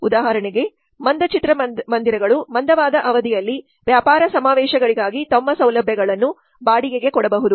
ಉದಾಹರಣೆಗೆ ಮಂದ ಚಿತ್ರಮಂದಿರಗಳು ಮಂದವಾದ ಅವಧಿಯಲ್ಲಿ ವ್ಯಾಪಾರ ಸಮಾವೇಶಗಳಿಗಾಗಿ ತಮ್ಮ ಸೌಲಭ್ಯಗಳನ್ನು ಬಾಡಿಗೆಗೆ ಕೊಡಬಹುದು